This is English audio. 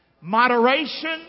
moderation